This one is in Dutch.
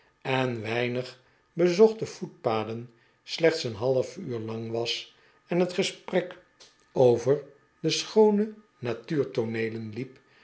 en weinig bezochte voetpaden slechts een half uur lang was en net gesprek over de schoone natuurtooneelen liep